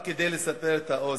רק כדי לסבר את האוזן,